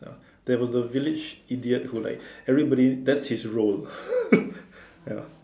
there was a village idiot who like everybody that's his role ya